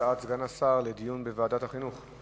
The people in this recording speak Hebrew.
הצעת סגן השר לדיון בוועדת החינוך?